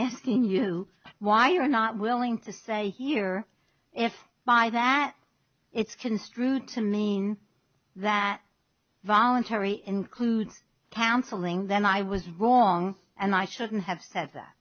asking you why you are not willing to say here if by that it's construed to mean that voluntary includes counseling then i was wrong and i shouldn't have said that